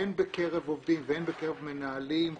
הן בקרב עובדים והן בקרב מנהלים,